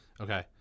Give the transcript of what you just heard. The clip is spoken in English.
okay